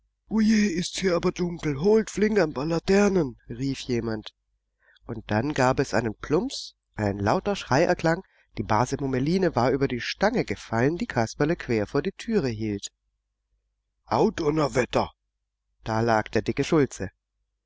uje ist's hier aber dunkel holt flink ein paar laternen rief jemand und dann gab es einen plumps ein lauter schrei erklang die base mummeline war über die stange gefallen die kasperle quer vor die türe hielt au donnerwetter da lag der dicke schulze